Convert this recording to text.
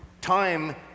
Time